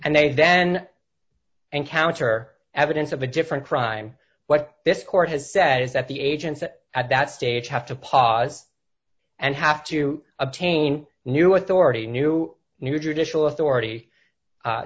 and they then and counter evidence of a different crime what this court has said is that the agents at that stage have to pause and have to obtain new authority new new judicial authority